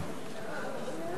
חוק התכנון והבנייה